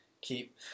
keep